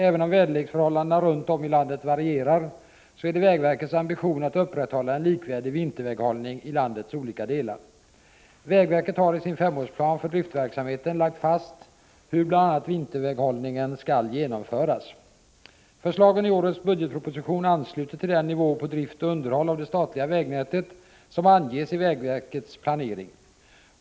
Även om väderleksförhållandena runt om i landet varierar, så är det vägverkets ambition att upprätthålla en likvärdig vinterväghållning i landets olika delar. Vägverket har i sin femårsplan för driftverksamheten lagt fast hur bl.a. vinterväghållningen skall genomföras. Förslagen i årets budgetproposition ansluter till den nivå på drift och underhåll av det statliga vägnätet som anges i vägverkets planering.